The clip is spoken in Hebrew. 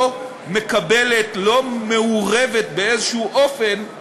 לא מקבלת, לא מעורבת באיזה אופן שהוא